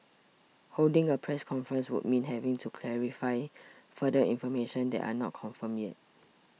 holding a press conference would mean having to clarify further information that are not confirmed yet